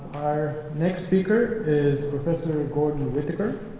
our next speaker is professor gordon whittaker,